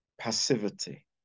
passivity